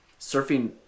Surfing